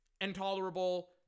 intolerable